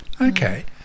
okay